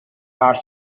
are